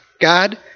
God